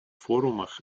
форумах